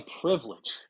privilege